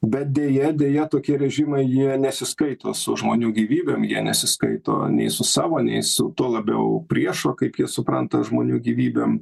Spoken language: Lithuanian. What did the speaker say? bet deja deja tokie režimai jie nesiskaito su žmonių gyvybėm jie nesiskaito nei su savo nei su tuo labiau priešo kaip jie supranta žmonių gyvybėm